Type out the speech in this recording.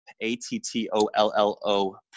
A-T-T-O-L-L-O